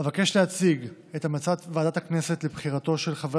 אבקש להציג את המלצת ועדת הכנסת לבחירתו של חבר